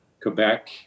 Quebec